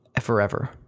forever